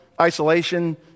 isolation